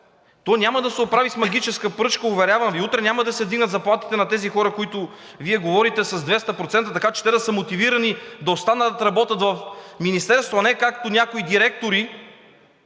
То няма да се оправи с магическа пръчка, уверявам Ви – утре няма да се вдигнат заплатите на тези хора с 200%, за които Вие говорите, така че те да са мотивирани да останат да работят в Министерството, а не както някои директори